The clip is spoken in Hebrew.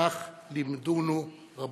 כך לימדונו רבותינו.